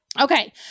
Okay